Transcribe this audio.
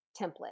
template